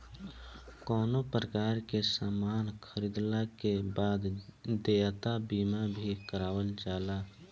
कवनो प्रकार के सामान खरीदला के बाद देयता बीमा भी करावल जाला